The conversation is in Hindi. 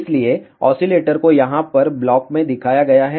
इसलिए ऑसिलेटर को यहाँ पर ब्लॉक में दिखाया गया है